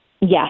Yes